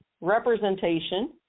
representation